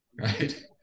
Right